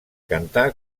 cantar